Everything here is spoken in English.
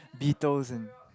be those in